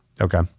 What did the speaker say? Okay